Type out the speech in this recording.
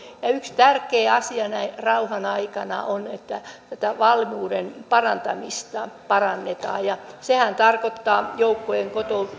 yksi tärkeä asia näin rauhan aikana on että valmiuden parantamista parannetaan ja sehän tarkoittaa joukkojen